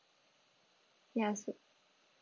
ya so